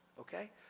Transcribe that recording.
okay